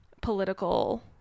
political